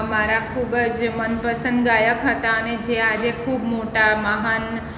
મારા ખૂબ જ મનપસંદ ગાયક હતાં અને જે આજે ખૂબ મોટાં મહાન